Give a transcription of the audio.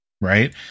Right